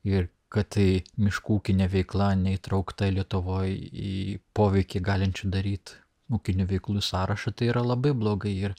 ir kad tai miškų ūkinė veikla neįtraukta lietuvoje į poveikį galinčių daryt ūkinių veiklų sąrašą tai yra labai blogai ir